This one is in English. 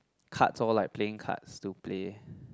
cards lor like playing cards to play